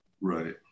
right